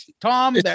Tom